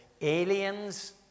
aliens